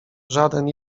żaden